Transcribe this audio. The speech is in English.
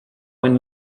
when